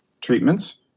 treatments